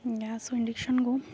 gas ଆଉ ଇଣ୍ଡକ୍ସନକୁୁ